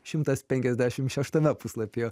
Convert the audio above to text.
šimtas penkiasdešim šeštame puslapyje